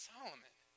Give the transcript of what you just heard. Solomon